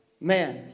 man